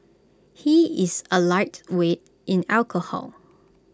he is A lightweight in alcohol